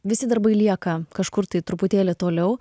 visi darbai lieka kažkur tai truputėlį toliau